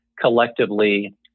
collectively